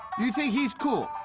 you think he's cool.